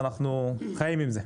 אבל חיים עם זה.